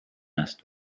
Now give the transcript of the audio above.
asked